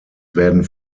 werden